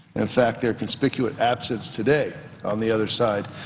in fact, their conspicuous absence today on the other side